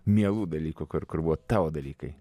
mielų dalykų kur buvo tavo dalykai